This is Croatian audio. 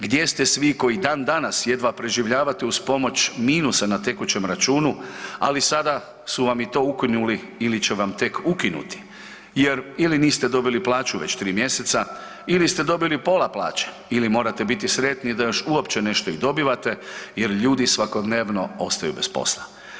Gdje ste svi koji i dan danas jedva preživljavate uz pomoć minusa na tekućem računu, ali sada su vam i to ukinuli ili će vam tek ukinuti jer ili niste dobili plaću već 3. mjeseca ili ste dobili pola plaće ili morate biti sretni da još uopće nešto i dobivate jer ljudi svakodnevno ostaju bez posla?